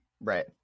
Right